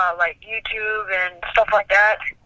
um like youtube and stuff like that.